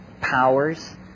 powers